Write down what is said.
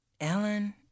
Ellen